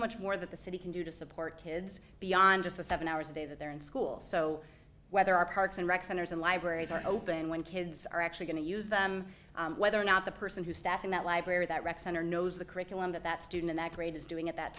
much more that the city can do to support kids beyond just the seven hours a day that they're in school so whether our parks and rec centers and libraries are open when kids are actually going to use them whether or not the person who staff in that library that rec center knows the curriculum that that student in that grade is doing at that